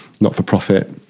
not-for-profit